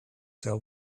sell